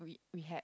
we had